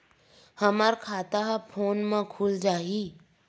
हमर खाता ह फोन मा खुल जाही?